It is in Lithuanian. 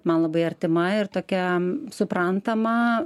man labai artima ir tokia suprantama